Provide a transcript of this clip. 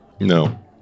No